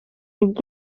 ubwo